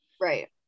right